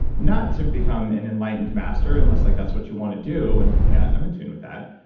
not to become an enlightened master unless like that's what you want to do. and yeah i'm in tune with that.